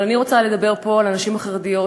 אבל אני רוצה לדבר פה על הנשים החרדיות,